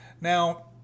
Now